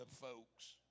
folks